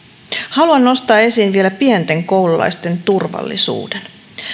haluan nostaa esiin vielä pienten koululaisten turvallisuuden